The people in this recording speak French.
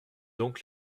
donc